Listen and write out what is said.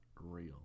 real